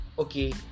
Okay